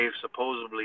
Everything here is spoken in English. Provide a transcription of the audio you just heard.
supposedly